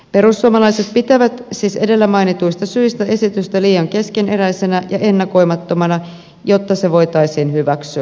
perussuomalaiset pitävät siis edellä mainituista syistä esitystä liian keskeneräisenä ja ennakoimattomana jotta se voitaisiin hyväksyä